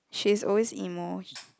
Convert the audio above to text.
she's always emo